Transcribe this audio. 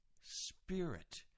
spirit